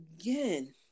again